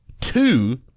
two